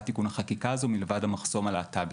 תיקון החקיקה הזאת מלבד המחסום הלהט"בי.